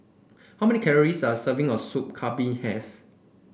how many calories does a serving of Soup Kambing have